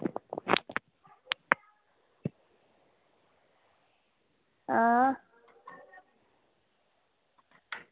आं